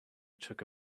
took